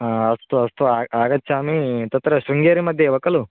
हा अस्तु अस्तु आ आगच्छामि तत्र शृङ्गेरि मध्ये एव खलु